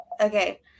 Okay